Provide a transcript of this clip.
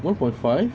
one point five